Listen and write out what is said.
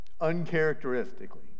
uncharacteristically